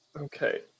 Okay